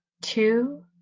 two